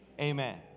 amen